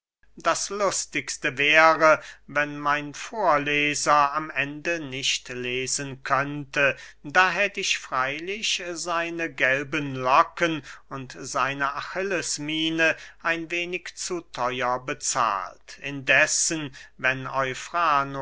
das lustigste wäre wenn mein vorleser am ende nicht lesen könnte da hätt ich freylich seine gelben locken und seine achillesmiene ein wenig zu theuer bezahlt indessen wenn